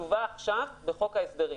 יובא עכשיו בחוק ההסדרים.